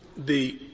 the